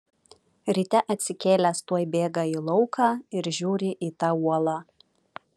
ryte atsikėlęs tuoj bėga į lauką ir žiūrį į tą uolą